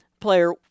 player